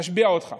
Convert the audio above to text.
אני משביע אותך.